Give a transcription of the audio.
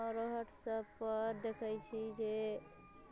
आओर वट्सऐप पर देखैत छी जे